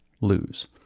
lose